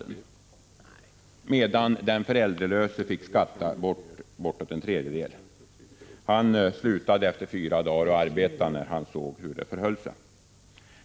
Den 16-årige föräldralöse pojken slutade arbeta efter fyra dagar, när han förstod hur orättvist det förhöll sig.